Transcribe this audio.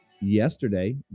yesterday